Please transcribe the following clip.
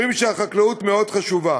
אומרים שהחקלאות מאוד חשובה,